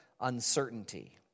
uncertainty